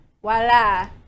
voila